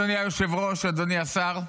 אדוני היושב-ראש, אדוני השר,